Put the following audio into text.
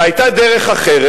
והיתה דרך אחרת,